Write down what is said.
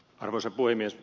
arvoisa puhemies